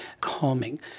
calming